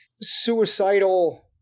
suicidal